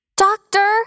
Doctor